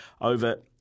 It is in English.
over